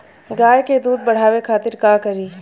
गाय के दूध बढ़ावे खातिर का करी?